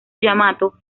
yamato